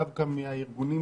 דווקא מהארגונים